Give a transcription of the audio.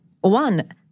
One